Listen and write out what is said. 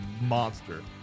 monster